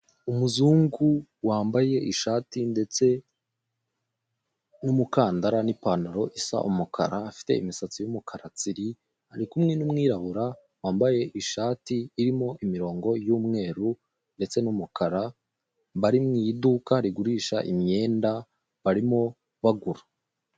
Umuzungu wambaye ishati ndetse n'umukandara, n'ipantaro isa umukara, afite imisatsi y'umukara tsiri, ari kumwe n'umwirabura wambaye ishati irimo imirongo y'umweru ndetse n'umukara, bari mu iduka rigurisha imyenda, barimo bagura.